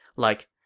like,